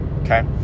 okay